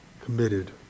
committed